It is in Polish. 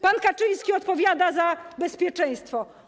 Pan Kaczyński odpowiada za bezpieczeństwo.